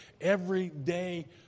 everyday